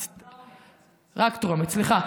רק טרומית, סליחה.